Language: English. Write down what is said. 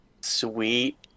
sweet